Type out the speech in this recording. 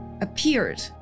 appeared